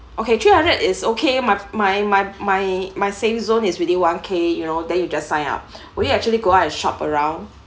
okay three hundred is okay my my my my my safe zone is really one K you know then you just sign up would you actually go out and shop around